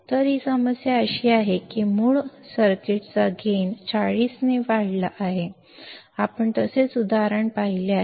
तर ही समस्या अशी आहे की मूळ सर्किटचा गेन 40 ने वाढला आहे आपण असेच उदाहरण पाहिले आहे